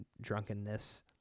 drunkenness